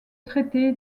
traité